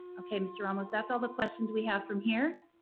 okay, mr. ramos, that's all the questions we have from here.